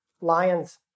lions